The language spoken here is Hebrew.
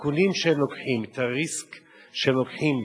הסיכונים שהם לוקחים, הריסק שהם לוקחים